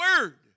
word